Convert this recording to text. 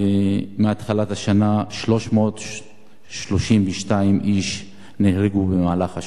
ומהתחלת השנה, 332 איש נהרגו במהלך השנה.